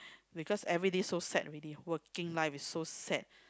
because everyday so sad already working life is so sad